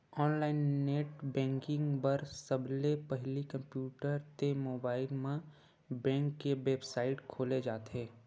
online net banking बर सबले पहिली कम्प्यूटर ते मोबाईल म बेंक के बेबसाइट खोले जाथे